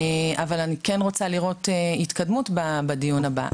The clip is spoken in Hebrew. אבל אני כן רוצה לראות התקדמות בדיון הבא.